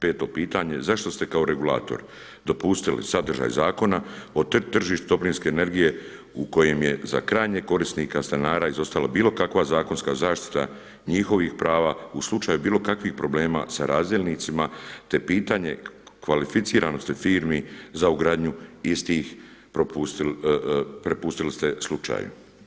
Peto pitanje, zašto ste kao regulator dopustili sadržaj zakona o tržištu toplinske energije u kojim je za krajnjeg korisnika – stanara izostala bilo kakva zakonska zaštita njihovih prava u slučaju bilo kakvih problema sa razdjelnicima, te pitanje kvalificiranosti firmi za ugradnju istih prepustili ste slučaju.